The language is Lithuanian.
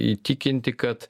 įtikinti kad